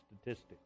statistic